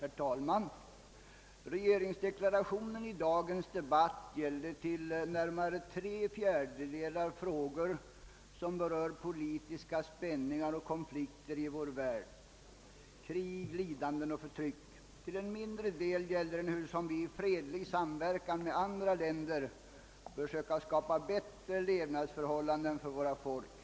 Herr talman! Regeringsdeklarationen i dagens debatt gäller till närmare tre fjädedelar frågor som berör politiska spänningar och konflikter i vår värld, krig, lidanden och förtryck. Till en mindre del gäller den hurusom vi i fredlig samverkan med andra länder bör söka skapa bättre levnadsförhållanden för folken.